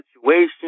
situation